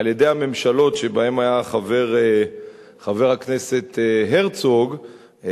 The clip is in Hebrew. על-ידי הממשלות שבהן היה חבר חבר הכנסת הרצוג,